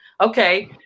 okay